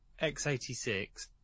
x86